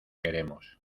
queremos